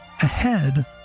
ahead